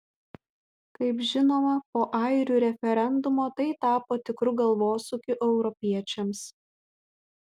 kaip žinoma po airių referendumo tai tapo tikru galvosūkiu europiečiams